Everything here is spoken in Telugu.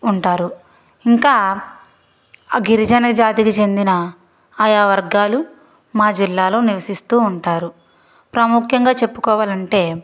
ఉంటారు ఇంకా ఆ గిరిజన జాతికి చెందిన ఆయా వర్గాలు మా జిల్లాలో నివసిస్తూ ఉంటారు ప్రాముఖ్యంగా చెప్పుకోవాలంటే